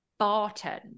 bartend